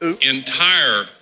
entire